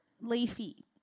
Leafy